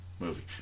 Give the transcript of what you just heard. Movie